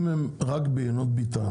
אם המוצרים שלהם רק ביינות ביתן,